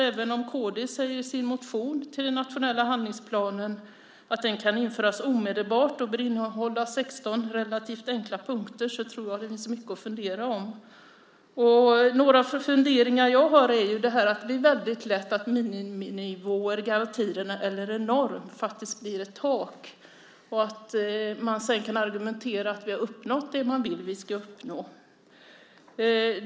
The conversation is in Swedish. Även om kd i sin motion med anledning av den nationella handlingsplanen säger att värdighetsgarantin kan införas omedelbart och att den bör innehålla 16 relativt enkla punkter tror jag att det finns mycket att fundera över. Det är mycket lätt att miniminivåer eller normer i garantier faktiskt blir ett tak och att man sedan säger att man har uppnått det man vill.